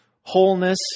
wholeness